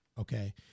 okay